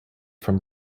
from